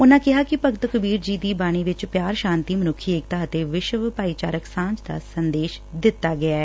ਉਨੂਂ ਕਿਹਾ ਕਿ ਭਗਤ ਕਬੀਰ ਜੀ ਦੀ ਬਾਣੀ ਵਿਚ ਪਿਆਰ ਸਾਂਤੀ ਮਨੱਖੀ ਏਕਤਾ ਅਤੇ ਵਿਸ਼ਵ ਭਾਈਚਾਰਕ ਸਾਂਝ ਦਾ ਸੰਦੇਸ਼ ਦਿੱਤਾ ਗਿਐ